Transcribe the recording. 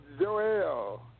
Joel